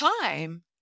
time